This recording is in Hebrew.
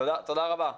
תודה רבה.